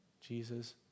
Jesus